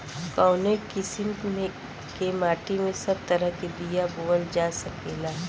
कवने किसीम के माटी में सब तरह के बिया बोवल जा सकेला?